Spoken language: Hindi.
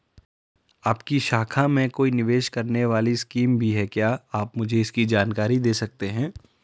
आपकी शाखा में कोई निवेश करने वाली स्कीम भी है क्या आप मुझे इसकी जानकारी दें सकते हैं?